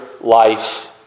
life